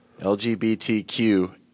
LGBTQ